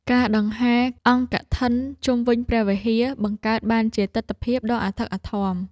ការដង្ហែរអង្គកឋិនជុំវិញព្រះវិហារ បង្កើតបានជាទិដ្ឋភាពដ៏អធិកអធម។